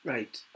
Right